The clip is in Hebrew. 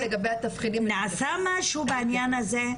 נעשה משהו בעניין הזה?